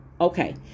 okay